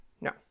No